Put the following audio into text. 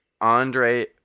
Andre